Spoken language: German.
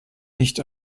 nicht